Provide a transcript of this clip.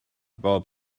bob